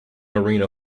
arena